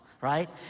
right